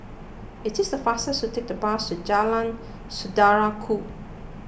it is the faster to take the bus to Jalan Saudara Ku